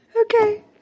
Okay